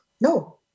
No